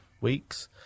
weeks